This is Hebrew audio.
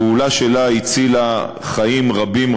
הפעולה שלה הצילה חיים רבים.